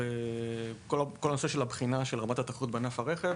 בכל הנושא של בחינת רמת התחרות בענף הרכב,